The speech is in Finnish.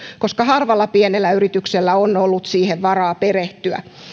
koska harvalla pienellä yrityksellä on ollut siihen varaa perehtyä